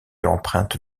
emprunte